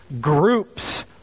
groups